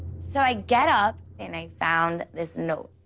so i get up and i found this note.